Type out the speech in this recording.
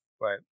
right